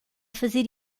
fazer